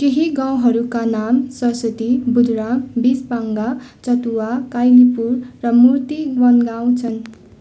केही गाउँहरूका नाम सरस्वती बुधुराम बिचभाङ्गा चटुवा काइलिपुर र मूर्ति वनगाउँ छन्